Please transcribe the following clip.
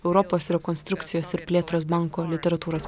europos rekonstrukcijos ir plėtros banko literatūros